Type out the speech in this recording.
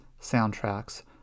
soundtracks